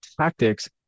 tactics